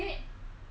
ear huff